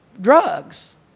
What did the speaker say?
drugs